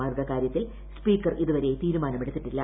മാരുടെ കാര്യത്തിൽ സ്പീക്കർ ഇതുവരെ തീരുമാനമെടുത്തിട്ടില്ല